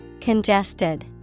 Congested